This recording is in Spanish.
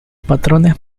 patrones